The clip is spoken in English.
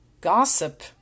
gossip